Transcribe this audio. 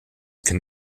can